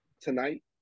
tonight